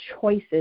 choices